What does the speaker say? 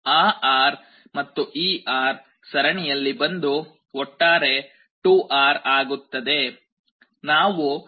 ಆ R ಮತ್ತು ಈ R ಸರಣಿಯಲ್ಲಿ ಬಂದು ಒಟ್ಟಾರೆ 2R ಆಗುತ್ತದೆ